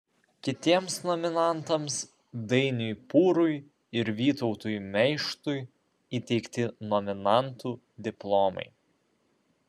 kitiems nominantams dainiui pūrui ir vytautui meištui įteikti nominantų diplomai